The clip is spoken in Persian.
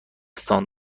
سطح